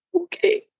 okay